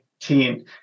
Team